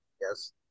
Yes